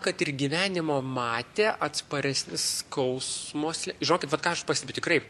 kad ir gyvenimo matę atsparesni skausmo sle žinokit vat ką aš pastebiu tikrai